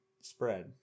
spread